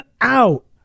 out